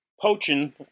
poaching